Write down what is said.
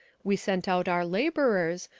we sent out our labourers,